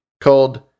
called